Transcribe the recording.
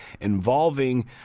involving